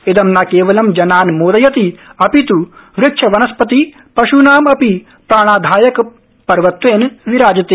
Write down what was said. इदं न केवलं जनान् मोदयति अपित् वृक्षवनस्पति पश्नामपि प्राणाधायकपर्वत्वेन विराजते